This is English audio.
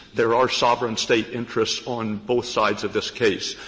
there are sovereign state interests on both sides of this case.